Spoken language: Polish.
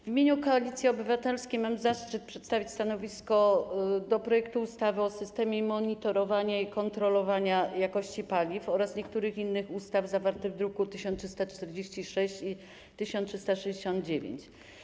W imieniu Koalicji Obywatelskiej mam zaszczyt przedstawić stanowisko w sprawie projektu ustawy o systemie monitorowania i kontrolowania jakości paliw oraz niektórych innych ustaw, druki nr 1346 i 1369.